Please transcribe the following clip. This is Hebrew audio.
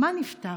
מה "נפטר"?